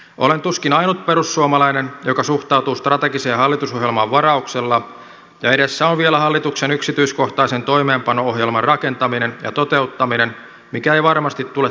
olen tuskin ainut perussuomalainen joka suhtautuu strategiseen hallitusohjelmaan varauksella ja edessä on vielä hallituksen yksityiskohtaisen toimeenpano ohjelman rakentaminen ja toteuttaminen mikä ei varmasti tule tyydyttämään kaikkia